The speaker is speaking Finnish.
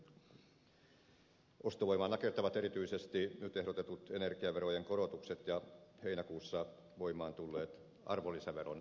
ostovoimaa nakertavat erityisesti nyt ehdotetut energiaverojen korotukset ja heinäkuussa voimaan tulleet arvonlisäveron korotukset